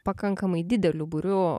pakankamai dideliu būriu